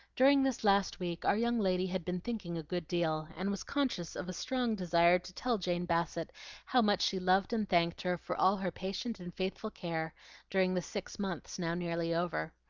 during this last week our young lady had been thinking a good deal, and was conscious of a strong desire to tell jane bassett how much she loved and thanked her for all her patient and faithful care during the six months now nearly over.